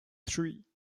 three